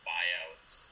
buyouts